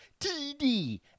TD